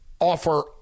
Offer